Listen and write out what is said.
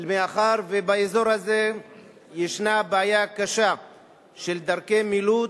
מאחר שבאזור הזה ישנה בעיה קשה של דרכי מילוט